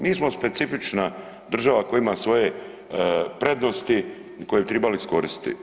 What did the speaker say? Mi smo specifična država koja ima svoje prednosti koje bi tribali iskoristiti.